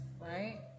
right